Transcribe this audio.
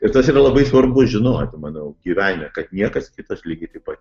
ir tas yra labai svarbu žinoti manau gyvenime kad niekas kitas lygiai taip pat